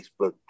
Facebook